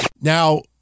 Now